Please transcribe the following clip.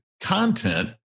content